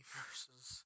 versus